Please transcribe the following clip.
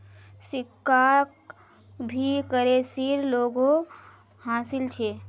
सिक्काक भी करेंसीर जोगोह हासिल छ